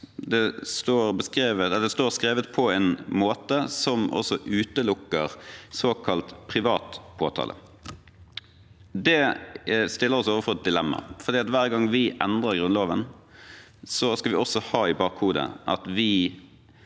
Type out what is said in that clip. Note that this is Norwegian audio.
Det står skrevet på en måte som også utelukker såkalt privat påtale. Det stiller oss overfor et dilemma, for hver gang vi endrer Grunnloven, skal vi også ha i bakhodet at vi